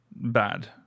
Bad